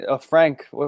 Frank